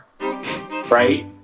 right